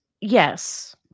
Yes